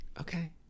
Okay